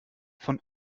von